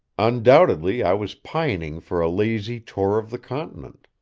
undoubtedly i was pining for a lazy tour of the continent.